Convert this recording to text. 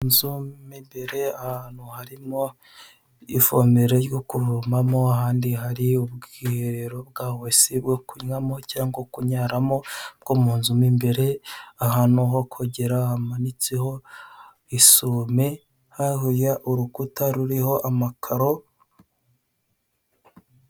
Inzu mu imbere ahantu harimo ivomero ryo kuvomamo, ahandi hari ubwiherero bwa wese bwo kunnyamo cyangwa kunyaramo bwo munzu mu imbere, ahantu ho kugera hamanitseho isume, hakurya urukuta ruriho amakaro